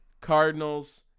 Cardinals